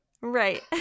right